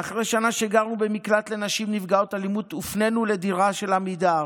ואחרי שנה שגרנו במקלט לנשים נפגעות אלימות הופנינו לדירה של עמידר.